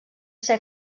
ser